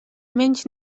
menys